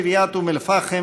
רק יום אחד לפני